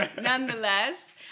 nonetheless